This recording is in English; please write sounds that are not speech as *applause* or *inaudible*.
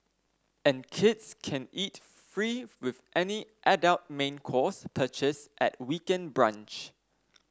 and kids can eat free *noise* with any adult main course purchase at weekend brunch